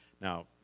Now